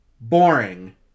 boring